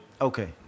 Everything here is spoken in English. Okay